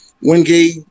Wingate